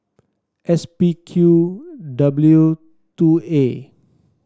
S P Q W two A